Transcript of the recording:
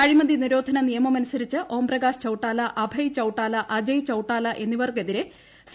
അഴിമതി നിരോധന നിയമമനുസരിച്ച് ഓം പ്രകാശ് ചൌട്ടാല അഭയ് ചൌട്ടാല അജയ് ചൌട്ടാല എന്നിവർക്കെതിരെ സി